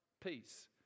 peace